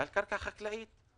חוקי.